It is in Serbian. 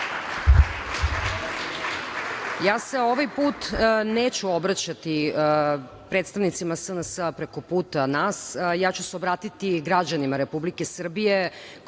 Ovaj put se neću obraćati predstavnicima SNS preko puta nas, ja ću se obratiti građanima Republike Srbije,